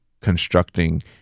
constructing